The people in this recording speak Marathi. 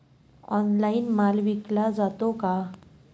ऑनलाइन माल विकला जातो का?